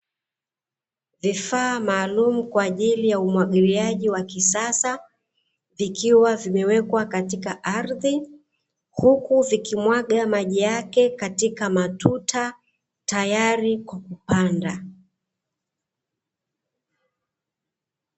Vifaa maalumu kwa ajili ya umwagiliaji wa kisasa, vikiwa vimewekwa katika ardhi huku vikimwaga maji yake katika matuta tayari kwa kupanda.